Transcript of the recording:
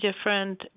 different